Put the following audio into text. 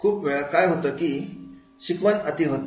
खूप वेळा काय होतं की शिकवण अति होते